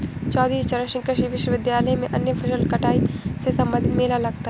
चौधरी चरण सिंह कृषि विश्वविद्यालय में अन्य फसल कटाई से संबंधित मेला लगता है